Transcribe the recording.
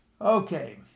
Okay